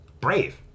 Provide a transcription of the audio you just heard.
brave